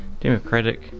Democratic